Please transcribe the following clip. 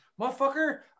Motherfucker